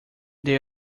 they